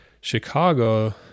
Chicago